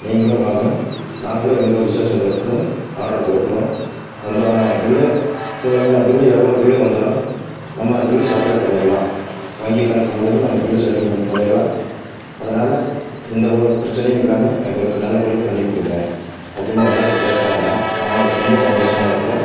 நீங்களும் வாங்க நாங்களும் எங்கள் விசேஷங்களுக்கும் ஆர்டர் கொடுக்குறோம் அதுக்குண்டான பில்லு தேவையான பில்லு எவ்வளோ பில்லு வந்தாலும் நம்ம பில்லு சப்ளை பண்ணிடலாம் வங்கி கணக்கு மூலயமா நம்ம பில்லை செட்டில்மெண்ட் பண்ணிடலாம் அதனால எந்த ஒரு பிரச்சினையும் இல்லாமல் எங்களுக்கு நல்ல படியாக பண்ணி கொடுங்க அப்படின்னு எல்லாேரும் பேசுகிறாங்கண்ணா நாங்கள் ரொம்ப சந்தோஷமாக இருக்கிறோம்